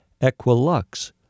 equilux